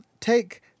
Take